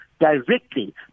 directly